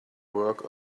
work